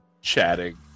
chatting